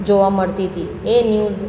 જોવા મળતી હતી એ ન્યૂઝ